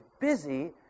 busy